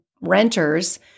renters